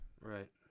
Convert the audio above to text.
right